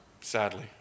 sadly